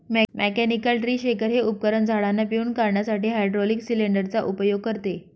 mechanical tree shaker हे उपकरण झाडांना पिळून काढण्यासाठी हायड्रोलिक सिलेंडर चा उपयोग करते